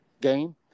game